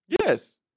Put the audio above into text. Yes